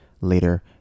later